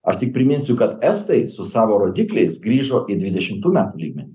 aš tik priminsiu kad estai su savo rodikliais grįžo į dvidešimtų metų lygmenį